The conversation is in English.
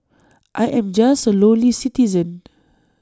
I am just A lowly citizen